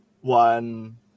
one